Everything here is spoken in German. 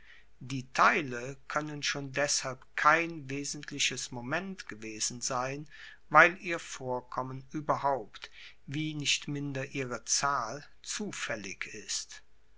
die teile koennen schon deshalb kein wesentliches moment gewesen sein weil ihr vorkommen ueberhaupt wie nicht minder ihre zahl zufaellig ist